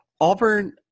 Auburn